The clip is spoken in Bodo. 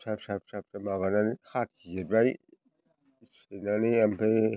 फिसा फिसा फिसा माबानानै खाथि जिरबाय जिरनानै ओमफ्राय